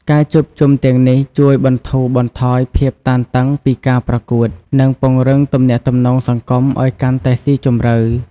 ការជួបជុំទាំងនេះជួយបន្ធូរបន្ថយភាពតានតឹងពីការប្រកួត និងពង្រឹងទំនាក់ទំនងសង្គមឱ្យកាន់តែស៊ីជម្រៅ។